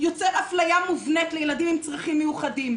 יוצר אפליה מובנית לילדים עם צרכים מיוחדים.